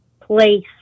place